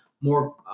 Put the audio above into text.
more